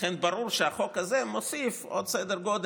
לכן ברור שהחוק הזה מוסיף עוד סדר גודל,